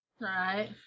Right